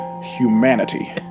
humanity